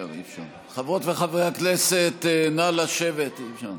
חברות וחברי הכנסת, נא לשבת.